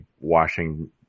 washing